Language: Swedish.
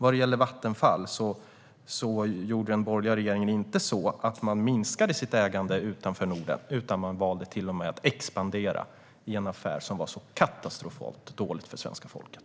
Vad gäller Vattenfall gjorde den borgerliga regeringen inte så att ägandet minskades utanför Norden utan man valde till och med att expandera i en affär som var så katastrofalt dålig för svenska folket.